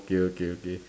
okay okay okay